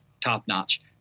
top-notch